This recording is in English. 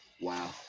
Wow